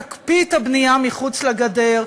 תקפיא את הבנייה מחוץ לגדר,